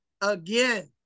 again